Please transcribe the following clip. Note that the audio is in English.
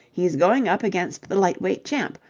he's going up against the lightweight champ.